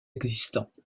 existants